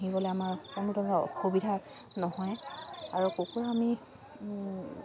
পুহিবলে আমাৰ কোনো ধৰণৰ অসুবিধা নহয় আৰু কুকুৰা আমি